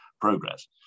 progress